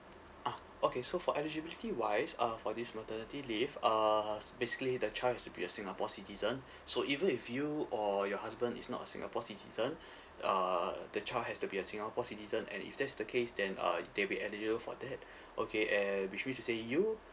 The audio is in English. ah okay so for eligibility wise uh for this maternity leave uh s~ basically the child has to be a singapore citizen so even if you or your husband is not singapore citizen uh the child has to be a singapore citizen and if that's the case then uh they'll be eligible for that okay and which means to say you